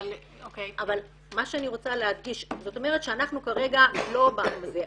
מה שאני רוצה להדגיש --- זאת אומרת שאנחנו כרגע לא באנו מזה,